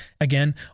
again